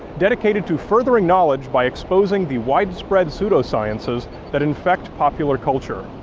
dedicated to furthering knowledge by exposing the widespread pseudosciences that infect popular culture.